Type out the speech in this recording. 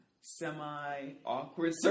semi-awkward